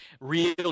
Real